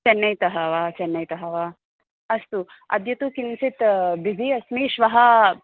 चेन्नैतः वा चेन्नैतः वा अस्तु अद्य तु किञ्चित् बिज़ि अस्मि श्वः